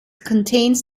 contains